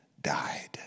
died